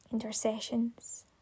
Intercessions